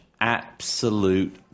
Absolute